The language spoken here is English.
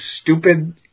stupid